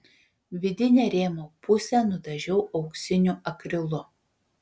vidinę rėmo pusę nudažiau auksiniu akrilu